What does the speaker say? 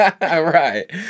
right